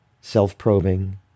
self-probing